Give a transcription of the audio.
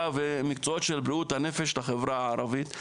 ומקצועות של בריאות הנפש לחברה הערבית,